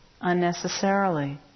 unnecessarily